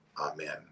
Amen